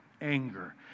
Anger